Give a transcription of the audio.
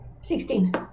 Sixteen